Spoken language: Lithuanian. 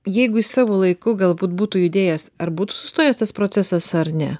jeigu savu laiku galbūt būtų judėjęs ar būtų sustojęs tas procesas ar ne